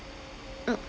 mm